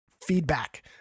feedback